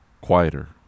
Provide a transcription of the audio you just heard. quieter